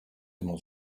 immer